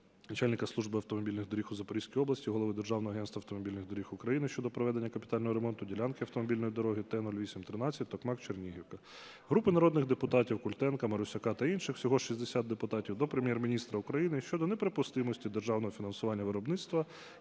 начальника Служби автомобільних доріг у Запорізькій області, Голови Державного агентства автомобільних доріг України щодо проведення капітального ремонту ділянки автомобільної дороги T-08-13 (Токмак - Чернігівка). Групи народних депутатів (Культенка, Марусяка та інших. Всього 60 депутатів) до Прем'єр-міністра України щодо неприпустимості державного фінансування виробництва